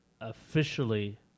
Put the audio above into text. officially